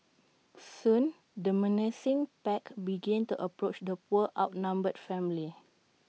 soon the menacing pack began to approach the poor outnumbered family